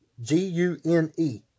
G-U-N-E